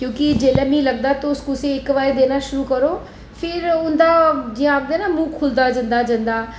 क्योंकि जेल्लै मिगी लगदा तुस कुसै ई इक बारी देना शुरु करो ते फिर उं'दा जि'यां आखदे ना मुंह् खुह्लदा जंदा जंदा ऐ